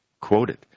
quoted